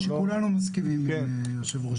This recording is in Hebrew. אני חושב שכולנו מסכימים עם היושב-ראש.